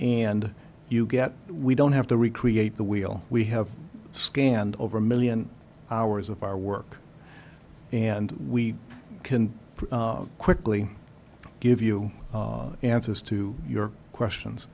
and you get we don't have to recreate the wheel we have scanned over a million hours of our work and we can quickly give you answers to your